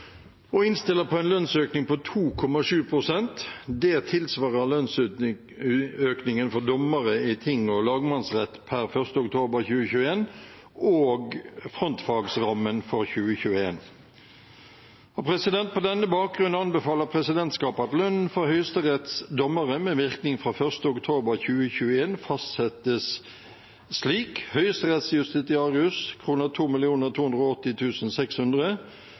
på en lønnsøkning på 2,7 pst. Det tilsvarer lønnsøkningen for dommere i ting- og lagmannsrett per 1. oktober 2021 og frontfagsrammen for 2021. På denne bakgrunn anbefaler presidentskapet at lønnen for Høyesteretts dommere med virkning fra 1. oktober 2021 fastsettes slik: